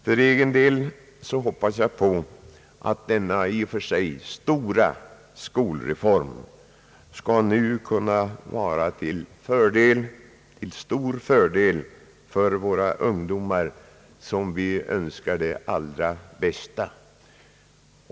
För egen del hoppas jag att denna i och för sig stora skolreform nu skall kunna vara till fördel för våra ungdomar, som vi önskar det allra bästa.